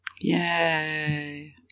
Yay